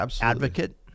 advocate